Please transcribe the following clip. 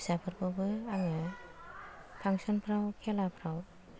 फिसाफोरखौबो आङो फांसनफ्राव खेलाफ्राव